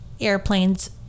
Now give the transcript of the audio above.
airplanes